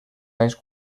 anys